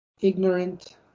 ignorant